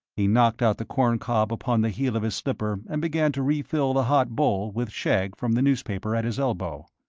he knocked out the corn-cob upon the heel of his slipper and began to refill the hot bowl with shag from the newspaper at his elbow.